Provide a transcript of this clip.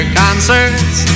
concerts